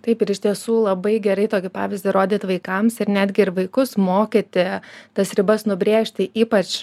taip ir iš tiesų labai gerai tokį pavyzdį rodyt vaikams ir netgi ir vaikus mokyti tas ribas nubrėžti ypač